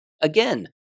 Again